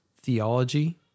theology